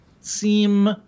seem